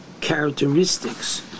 characteristics